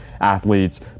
athletes